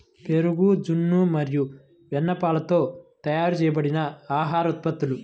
పెరుగు, జున్ను మరియు వెన్నపాలతో తయారు చేయబడిన ఆహార ఉత్పత్తులు